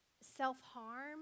self-harm